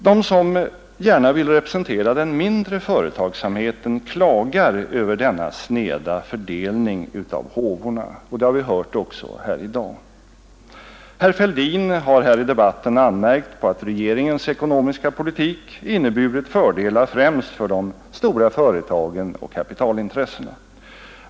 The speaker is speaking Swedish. De som gärna vill representera den mindre företagsamheten klagar över denna sneda fördelning av håvorna; det har vi hört också här i dag. Herr Fälldin har anmärkt på att regeringens ekonomiska politik inneburit fördelar främst för de stora företagen och kapitalintressena.